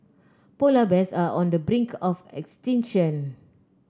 polar bears are on the brink of extinction